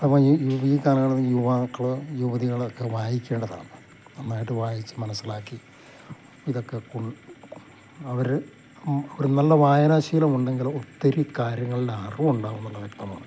അപ്പം ഈ ഈ കാലഘട്ടത്തിലെ യുവാക്കൾ യുവതികളൊക്കെ വായിക്കേണ്ടതാണ് നന്നായിട്ട് വായിച്ചു മനസ്സിലാക്കി ഇതൊക്കെ അവർ ഒരു നല്ല വായനാശീലം ഉണ്ടെങ്കിൽ ഒത്തിരി കാര്യങ്ങൾ അറിവുണ്ടാവുമെന്നുള്ളത് വ്യക്തമാണ്